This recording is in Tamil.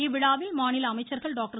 இவ்விழாவில் மாநில அமைச்சர்கள் டாக்டர்